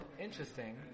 interesting